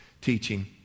teaching